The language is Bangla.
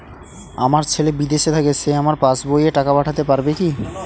আমার ছেলে বিদেশে থাকে সে আমার পাসবই এ টাকা পাঠাতে পারবে কি?